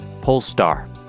Polestar